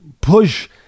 push